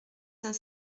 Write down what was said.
cinq